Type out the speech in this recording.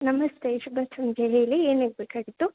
ನಮಸ್ತೆ ಶುಭ ಸಂಜೆ ಹೇಳಿ ಏನಾಗಬೇಕಾಗಿತ್ತು